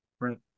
Right